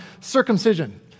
circumcision